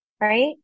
right